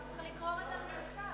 אני מדברת אליו,